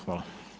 Hvala.